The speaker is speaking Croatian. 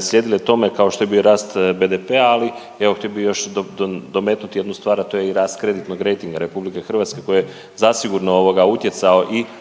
slijedile tome kao što je bio rast BDP-a, ali evo htio bi još dometnuti jednu stvar, a to je i rast kreditnog rejtinga RH koji je zasigurno ovoga utjecao i